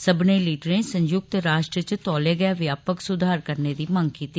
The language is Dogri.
सब्बने लीडरें संयुक्त राष्ट्र च तौले गै व्यापक सुधार करने दी मंग कीती